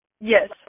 Yes